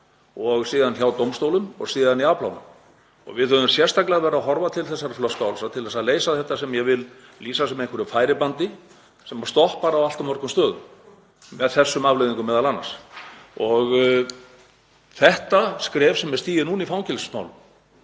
og síðan hjá dómstólum og í afplánun. Við höfum sérstaklega verið að horfa til þessara flöskuhálsa til að leysa þetta sem ég vil lýsa sem einhverju færibandi sem stoppar á allt of mörgum stöðum með þessum afleiðingum m.a. Þetta skref sem er stigið núna í fangelsismálum